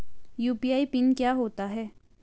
UPI PIN क्या होता है?